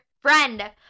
friend